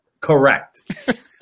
Correct